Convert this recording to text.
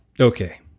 okay